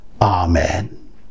amen